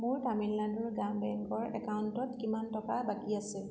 মোৰ তামিলনাডু গ্ৰাম বেংকৰ একাউণ্টত কিমান টকা বাকী আছে